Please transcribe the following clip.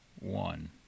one